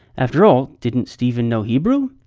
after all, didn't steven know hebrew?